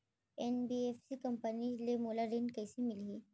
NBFC company ले मोला ऋण कइसे मिलही?